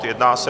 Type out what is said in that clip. Jedná se o